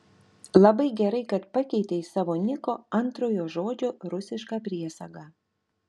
labai gerai kad pakeitei savo niko antrojo žodžio rusišką priesagą